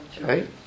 Right